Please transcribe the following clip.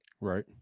Right